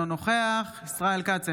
אינו נוכח ישראל כץ,